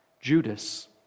Judas